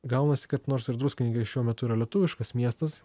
gaunasi kad nors ir druskininkai šiuo metu yra lietuviškas miestas